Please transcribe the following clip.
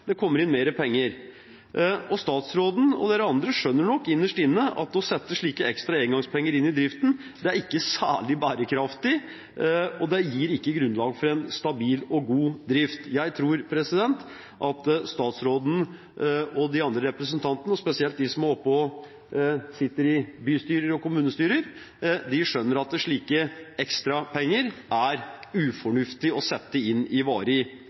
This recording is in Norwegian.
det kommer inn mer penger. Statsråden og dere andre skjønner nok innerst inne at å sette slike ekstra engangspenger inn i driften ikke er særlig bærekraftig, og det gir ikke grunnlag for en stabil og god drift. Jeg tror at statsråden og de andre representantene, spesielt de som sitter i bystyrer og kommunestyrer, skjønner at det er ufornuftig å sette slike ekstrapenger inn i varig